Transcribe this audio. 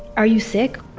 are you sick